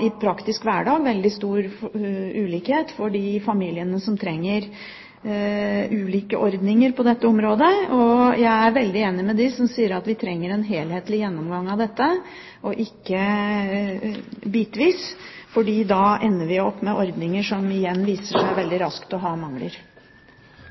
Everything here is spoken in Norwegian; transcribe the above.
I praktisk hverdag betyr det veldig stor ulikhet for de familiene som trenger ulike ordninger på dette området. Jeg er veldig enig med dem som sier at vi trenger en helhetlig gjennomgang av dette – ikke bitvis, for da ender vi opp med ordninger som veldig raskt viser seg å ha mangler.